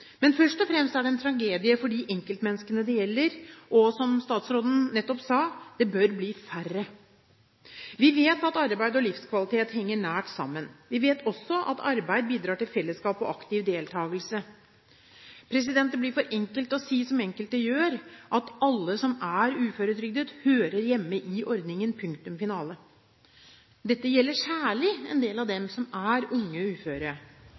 Men først og fremst er det en tragedie for de enkeltmenneskene det gjelder, og som statsråden nettopp sa: Det bør bli færre. Vi vet at arbeid og livskvalitet henger nært sammen. Vi vet også at arbeid bidrar til fellesskap og aktiv deltakelse. Det blir for enkelt å si som enkelte gjør, at alle som er uføretrygdet, hører hjemme i ordningen – punktum finale. Dette gjelder særlig en del av dem som er unge uføre.